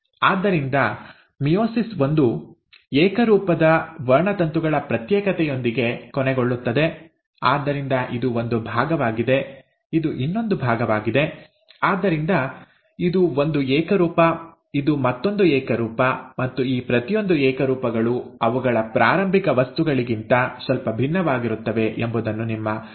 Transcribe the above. ಆದ್ದರಿಂದ ಮಿಯೋಸಿಸ್ ಒಂದು ಏಕರೂಪದ ವರ್ಣತಂತುಗಳ ಪ್ರತ್ಯೇಕತೆಯೊಂದಿಗೆ ಕೊನೆಗೊಳ್ಳುತ್ತದೆ ಆದ್ದರಿಂದ ಇದು ಒಂದು ಭಾಗವಾಗಿದೆ ಇದು ಇನ್ನೊಂದು ಭಾಗವಾಗಿದೆ ಆದ್ದರಿಂದ ಇದು ಒಂದು ಏಕರೂಪ ಇದು ಮತ್ತೊಂದು ಏಕರೂಪ ಮತ್ತು ಈ ಪ್ರತಿಯೊಂದು ಏಕರೂಪಗಳು ಅವುಗಳ ಪ್ರಾರಂಭಿಕ ವಸ್ತುಗಳಿಗಿಂತ ಸ್ವಲ್ಪ ಭಿನ್ನವಾಗಿರುತ್ತವೆ ಎಂಬುದನ್ನು ನಿಮ್ಮ ಗಮನದಲ್ಲಿಟ್ಟುಕೊಳ್ಳಿ